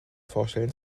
vorstellen